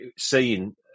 seeing